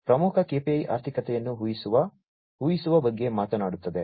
ಪ್ರಮುಖ KPI ಆರ್ಥಿಕತೆಯನ್ನು ಊಹಿಸುವ ಊಹಿಸುವ ಬಗ್ಗೆ ಮಾತನಾಡುತ್ತದೆ